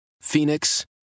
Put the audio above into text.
Phoenix